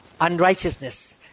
unrighteousness